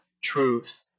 truth